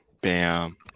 Bam